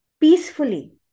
peacefully